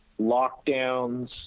lockdowns